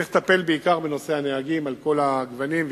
צריך לטפל בעיקר בנושא הנהגים על כל הגוונים,